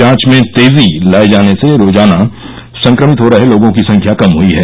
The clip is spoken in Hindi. जांच में तेजी लाए जाने से रोजाना संक्रमित हो रहे लोगों की संख्या कम हई है